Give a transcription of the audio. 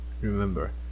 Remember